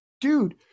Dude